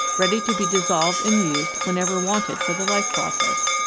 ready to be dissolved and used whenever wanted for the life process.